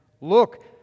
Look